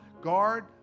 Guard